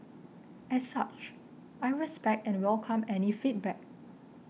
as such I respect and welcome any feedback